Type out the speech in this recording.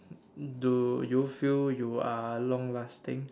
do you feel you are long lasting